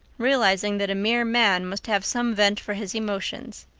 realizing that a mere man must have some vent for his emotions.